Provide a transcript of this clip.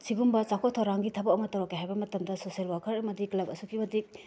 ꯁꯤꯒꯨꯝꯕ ꯆꯥꯎꯈꯠ ꯊꯧꯔꯥꯡꯒꯤ ꯊꯕꯛ ꯑꯃ ꯇꯧꯔꯛꯀꯦ ꯍꯥꯏꯕ ꯃꯇꯝꯗ ꯁꯣꯁꯦꯜ ꯋꯥꯔꯀꯔ ꯑꯃꯗꯤ ꯀ꯭ꯂꯕ ꯑꯁꯨꯛꯀꯤ ꯃꯇꯤꯛ